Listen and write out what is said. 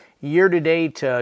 year-to-date